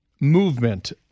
movement